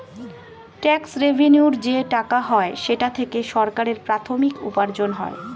tax রেভেন্যুর যে টাকা হয় সেটা থেকে সরকারের প্রাথমিক উপার্জন হয়